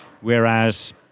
whereas